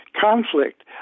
conflict